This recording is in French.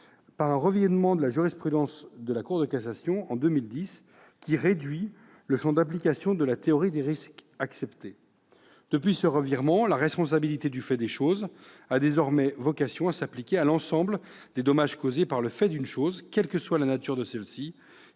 par un revirement de jurisprudence opéré par la Cour de cassation en 2010 et réduisant le champ d'application de la théorie des risques acceptés. Depuis ce revirement, la responsabilité du fait des choses a désormais vocation à s'appliquer à l'ensemble des dommages causés par le fait d'une chose, quelle que soit la nature de celle-ci,